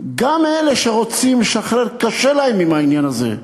גם אלה שרוצים לשחרר, קשה להם עם העניין הזה.